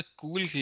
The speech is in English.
cool